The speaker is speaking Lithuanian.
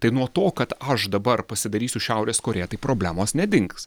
tai nuo to kad aš dabar pasidarysiu šiaurės korėja tai problemos nedings